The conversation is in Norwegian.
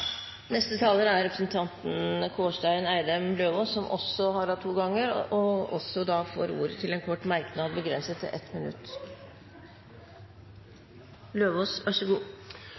Representanten Kårstein Eidem Løvaas har hatt ordet to ganger tidligere i debatten og får ordet til en kort merknad, begrenset til 1 minutt.